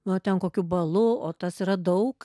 nu ten kokiu balu o tas yra daug